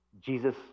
Jesus